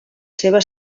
seva